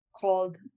called